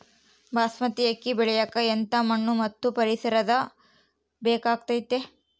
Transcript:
ಬಾಸ್ಮತಿ ಅಕ್ಕಿ ಬೆಳಿಯಕ ಎಂಥ ಮಣ್ಣು ಮತ್ತು ಪರಿಸರದ ಬೇಕಾಗುತೈತೆ?